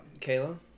Kayla